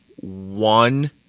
one